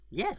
Yes